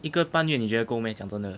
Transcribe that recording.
一个半月你觉得够 meh 讲真的